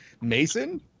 Mason